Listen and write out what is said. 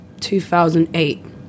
2008